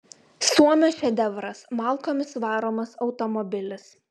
suomio šedevras malkomis varomas automobilis